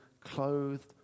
clothed